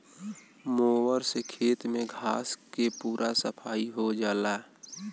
mower से खेत में घास के पूरा सफाई हो जाला